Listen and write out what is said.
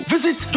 Visit